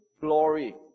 glory